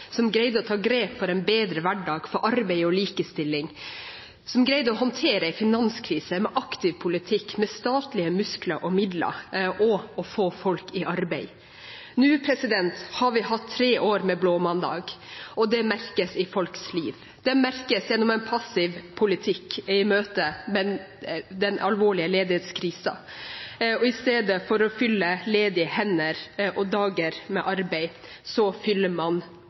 som greide å ta grep for en bedre hverdag, for arbeid og likestilling, som greide å håndtere en finanskrise med aktiv politikk, med statlige muskler og midler, og å få folk i arbeid. Nå har vi hatt tre år med blåmandag, og det merkes i folks liv. Det merkes gjennom en passiv politikk i møte med den alvorlige ledighetskrisen. I stedet for å fylle ledige hender og dager med arbeid fyller man